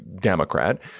Democrat